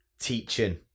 teaching